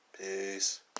Peace